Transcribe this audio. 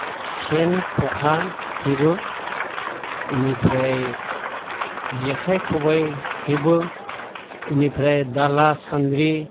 सेन खखा हेबो इनिफ्राय जेखाइ खबाइ हेबो इनिफ्राय दाला सान्द्रि